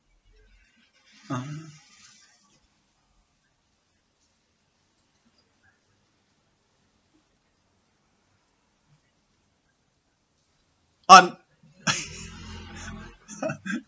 ah ah